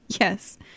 Yes